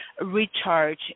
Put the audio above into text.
recharge